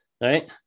right